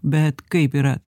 bet kaip yra